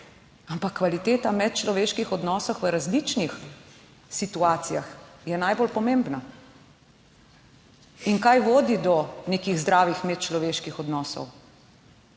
ampak kvaliteta medčloveških odnosov v različnih situacijah je najbolj pomembna in kaj vodi do nekih zdravih medčloveških odnosov.